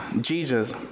Jesus